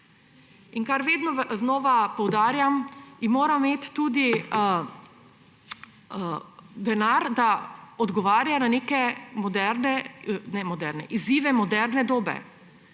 In kar vedno znova poudarjam, mora imeti tudi denar, da odgovarja na izzive moderne dobe.